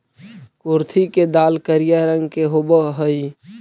कुर्थी के दाल करिया रंग के होब हई